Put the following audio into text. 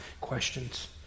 questions